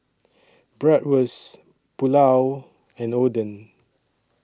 Bratwurst Pulao and Oden